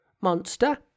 Monster